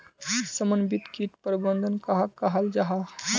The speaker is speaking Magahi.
समन्वित किट प्रबंधन कहाक कहाल जाहा झे?